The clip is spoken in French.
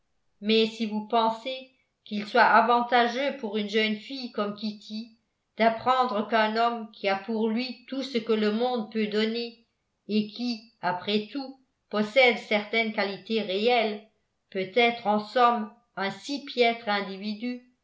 mais si vous pensez qu'il soit avantageux pour une jeune fille comme kitty d'apprendre qu'un homme qui a pour lui tout ce que le monde peut donner et qui après tout possède certaines qualités réelles peut être en somme un si piètre individu